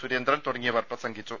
സുരേന്ദ്രൻ തുടങ്ങിയവർ പ്രസംഗിച്ചു